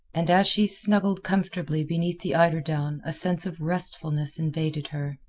and as she snuggled comfortably beneath the eiderdown a sense of restfulness invaded her,